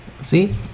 See